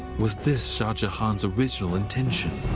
was this shah jahan's original intention?